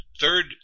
Third